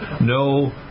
no